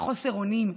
חוסר האונים,